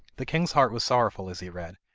the king's heart was sorrowful as he read,